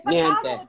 Niente